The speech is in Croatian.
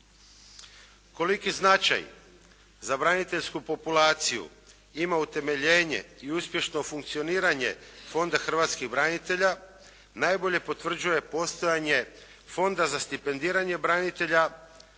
Koliki značaj za braniteljsku populaciju ima utemeljenje i uspješno funkcioniranje Fonda hrvatskih branitelja najbolje potvrđuje postojanje Fonda za stipendiranje branitelja i njihove